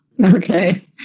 Okay